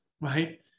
right